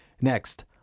Next